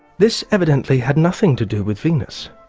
this evidently had nothing to do with venus.